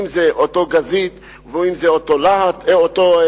אם אותו גזית ואם אותו חולדאי,